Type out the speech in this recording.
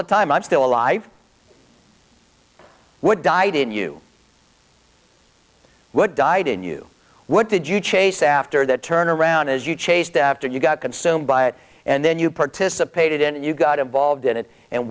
the time i'm still alive would died in you what died in you what did you chase after that turn around as you chased after you got consumed by it and then you participated in it you got involved in it and